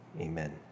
Amen